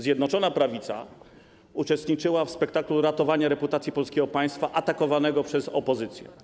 Zjednoczona Prawica uczestniczyła w spektaklu ratowania reputacji polskiego państwa atakowanego przez opozycję.